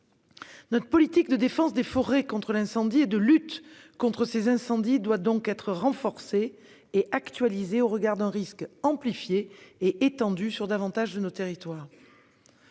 Notre politique de défense des forêts contre l'incendie et de lutte contre ces incendies doit donc être renforcée et actualisée au regard d'un risque amplifié et étendu sur davantage de nos territoires.